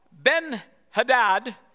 Ben-Hadad